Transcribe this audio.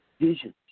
visions